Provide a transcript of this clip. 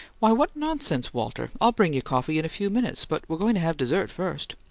why, what nonsense, walter! i'll bring your coffee in a few minutes, but we're going to have dessert first.